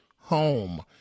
home